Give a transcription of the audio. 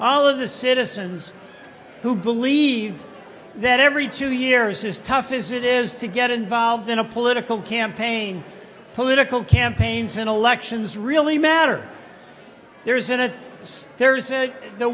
all of the citizens who believe that every two years is tough is it is to get involved in a political campaign political campaigns in elections really matter there isn't a there's the